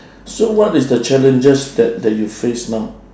so what is the challenges that that you face now